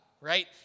right